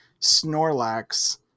Snorlax